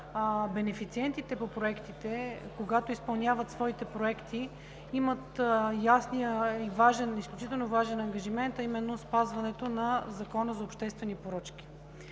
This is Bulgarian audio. бенефициентите по проектите изпълняват своите проекти, имат ясен и изключително важен ангажимент – спазването на Закона за обществените поръчки.